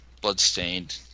Bloodstained